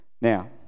now